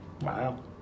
Wow